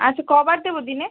আচ্ছা ক বার দেবো দিনে